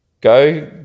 go